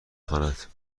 خواند